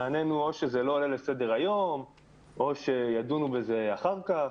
נענינו שאו שזה לא עולה לסדר היום או שידונו בזה אחר כך,